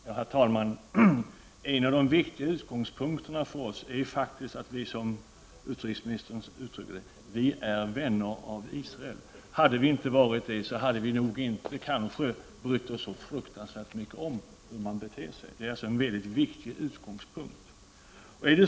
Herr talman! En av de viktiga utgångspunkterna för oss är faktiskt att vi, som utrikesministern uttryckte det, är vänner av Israel. Om vi inte hade varit det, skulle vi kanske inte ha brytt oss så fruktansvärt mycket om hur man beter sig. Det är alltså en väldigt viktig utgångpunkt.